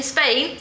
Spain